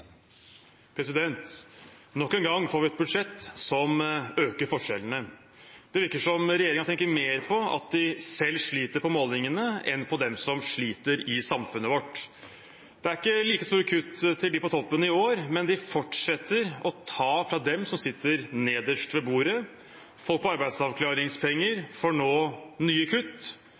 Nok en gang får vi et budsjett som øker forskjellene. Det virker som regjeringen tenker mer på at de selv sliter på målingene, enn på dem som sliter i samfunnet vårt. Det er ikke like store kutt til dem på toppen i år, men regjeringen fortsetter å ta fra dem som sitter nederst ved bordet. Folk på arbeidsavklaringspenger får nye kutt